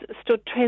stood